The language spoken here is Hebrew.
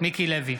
מיקי לוי,